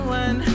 one